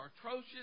atrocious